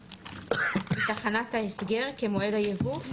מתחנת ההסגר כמועד היבוא?